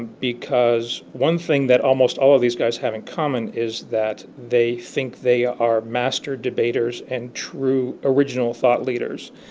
because one thing that almost all of these guys have in common is that they think they are master debaters and true original thought leaders.